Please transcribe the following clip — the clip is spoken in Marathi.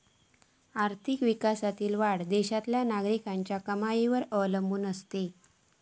आर्थिक विकासातील वाढ देशातल्या नागरिकांच्या कमाईवर अवलंबून असता